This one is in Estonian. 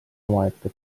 omaette